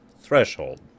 threshold